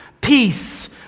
peace